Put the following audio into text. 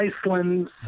Iceland